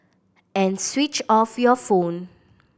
and switch off your phone